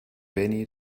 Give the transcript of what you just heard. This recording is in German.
benny